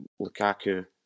Lukaku